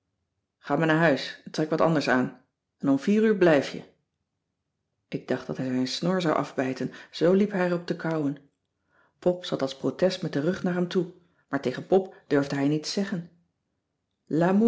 ga maar naar huis en trek wat anders aan en om vier uur blijf je ik dacht dat hij zijn snor zou afbijten zoo liep hij er op te kauwen pop zat als protest met den rug naar hem toe maar tegen pop durfde hij niets zeggen